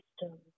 system